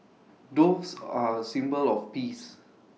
doves are A symbol of peace